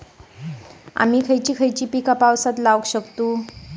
आम्ही खयची खयची पीका पावसात लावक शकतु?